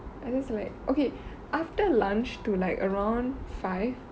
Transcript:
and just like okay after lunch to like around five